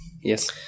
Yes